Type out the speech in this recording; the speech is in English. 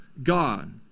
God